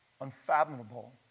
unfathomable